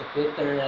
Twitter